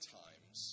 times